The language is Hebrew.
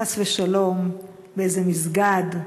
חס ושלום, באיזה מסגד,